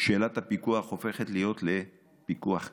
שאלת הפיקוח הופכת להיות לפיקוח קריטי.